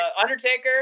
Undertaker